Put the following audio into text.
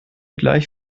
gleich